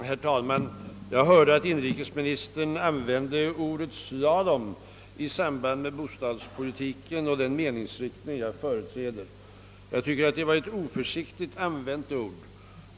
Herr talman! Jag hörde att inrikesministern använde ordet slalom i samband med bostadspolitiken och den meningsriktning jag företräder. Jag tycker att det var ett oförsiktigt använt ord.